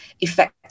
effect